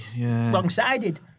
wrong-sided